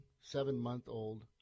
seven-month-old